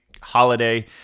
Holiday